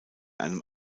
einem